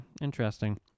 Interesting